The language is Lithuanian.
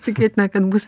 tikėtina kad bus